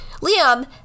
Liam